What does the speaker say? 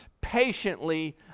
patiently